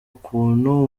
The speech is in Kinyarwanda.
ukuntu